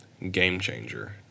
Game-changer